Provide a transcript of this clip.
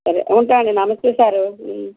సరే ఉంటానండి నమస్తే సారు